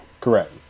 correct